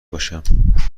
باشم